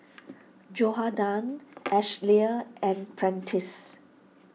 Johathan Ashlea and Prentiss